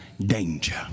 danger